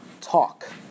Talk